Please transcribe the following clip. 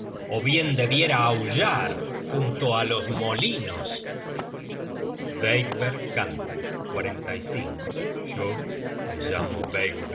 ó bien debiera aullar junto á los molinos beygver canta yo me llamo